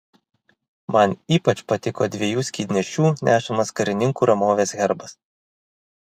man ypač patiko dviejų skydnešių nešamas karininkų ramovės herbas